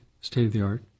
state-of-the-art